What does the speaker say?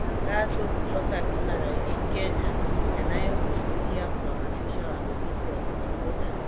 Tangazo kutoka bima rahisi kenya yanayokusudia kuhamasisha wamiliki wa bodaboda